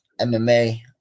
MMA